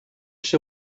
ser